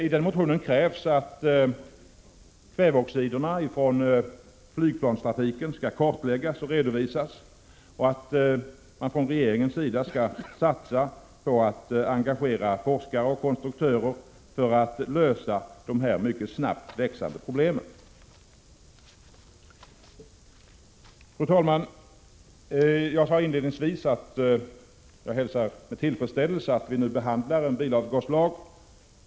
I motionen krävs att kväveoxiderna från flygplanstrafiken skall kartläggas och redovisas och att regeringen skall satsa på att engagera forskare och konstruktörer för att lösa dessa mycket snabbt växande problem. Fru talman! Jag sade inledningsvis att jag hälsar med tillfredsställelse att vi nu behandlar en bilavgaslag.